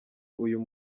uyu